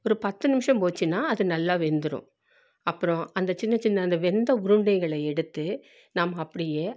ஒரு பத்து நிமிடம் போச்சுன்னால் அது நல்லா வெந்துடும் அப்புறம் அந்த சின்ன சின்ன அந்த வெந்த உருண்டைகளை எடுத்து நம்ம அப்படியே